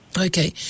Okay